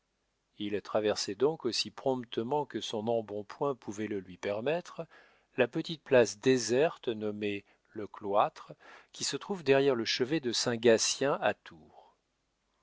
il traversait donc aussi promptement que son embonpoint pouvait le lui permettre la petite place déserte nommée le cloître qui se trouve derrière le chevet de saint gatien à